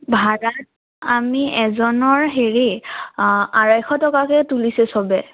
ভাড়া আমি এজনৰ হেৰি আঢ়ৈশ টকাকৈ তুলিছে চবেই